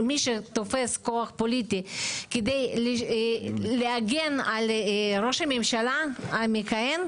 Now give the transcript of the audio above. מי שתופס כוח פוליטי כדי להגן על ראש הממשלה המכהן,